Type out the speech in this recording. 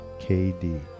KD